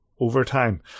overtime